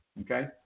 Okay